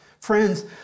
Friends